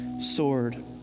sword